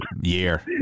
year